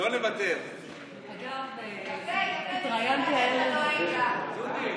אני רוצה מזרחים במקומות מפתח.